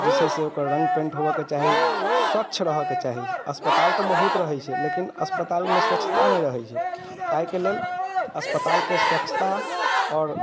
जे छै से ओकर रङ्ग पेंट होबऽ के चाही स्वच्छ रहऽ के चाही अस्पताल तऽ बहुत रहैत छै लेकिन अस्पतालमे स्वच्छता नहि रहैत छै ताहिके लेल अस्पतालके स्वच्छता आओर